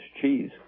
cheese